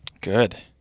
Good